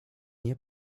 nie